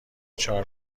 چهار